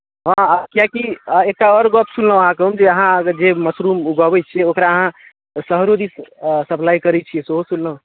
हँ हँ कियाकि एकटा आओर गप सुनलहुँ अहाँके जे अहाँ जे मशरूम उगाबैत छी ओकरा अहाँ शहरो दिस सप्लाइ करैत छियै सेहो सुनलहुँ